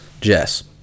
Jess